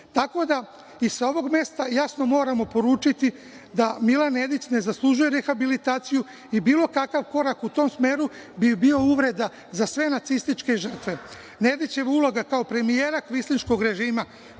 sa ovog mesta, jasno moramo poručiti da Milan Nedić ne zaslužuje rehabilitaciju i bilo kakav korak u tom smeru bi bio uvreda za sve nacističke žrtve. Nedićeva uloga kao premijera kvislingškog režima